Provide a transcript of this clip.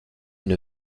une